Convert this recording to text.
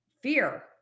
Fear